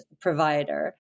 provider